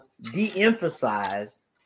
de-emphasize